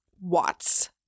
Watts